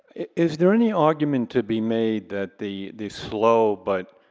is there any argument to be made that the the slow but